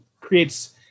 creates